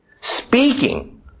speaking